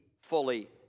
fully